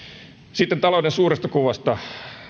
sitten talouden suuresta kuvasta